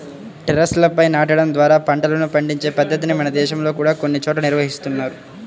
టెర్రస్లపై నాటడం ద్వారా పంటలను పండించే పద్ధతిని మన దేశంలో కూడా కొన్ని చోట్ల నిర్వహిస్తున్నారు